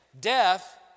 Death